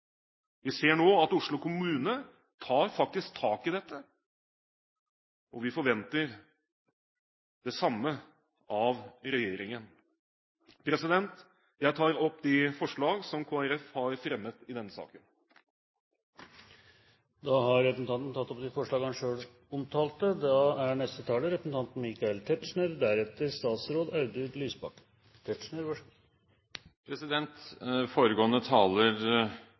Vi ser nå at Oslo kommune faktisk tar tak i dette, og vi forventer det samme av regjeringen. Jeg tar opp de forslag som Kristelig Folkeparti har fremmet i denne saken. Representanten Geir Jørgen Bekkevold har tatt opp de forslag han refererte til. Foregående taler,